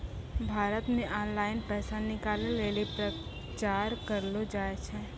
भारत मे ऑनलाइन पैसा निकालै लेली प्रचार करलो जाय छै